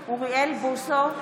בהצבעה אוריאל בוסו,